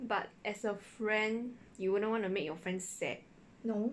but as a friend you wouldn't want to make your friend sad